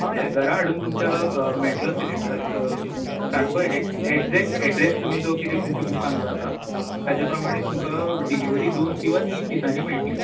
हय हय घरा हाडून तुमच्या मेळटलो सिलींडर सारको ऍ ऍग्झॅक्ट ऍड्रस तुमी जो कितें तुमच्या बुकान जो आसा ताजे प्रमाणे तुमका डिलीवरी दोन किंवा तीन दिसांनी मेळटली